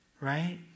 right